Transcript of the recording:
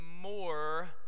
more